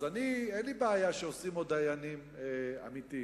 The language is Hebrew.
אז אני, אין לי בעיה שישימו דיינים עמיתים,